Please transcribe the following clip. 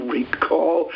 recall